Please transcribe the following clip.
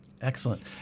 Excellent